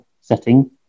setting